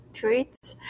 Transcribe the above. tweets